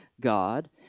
God